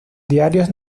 diarios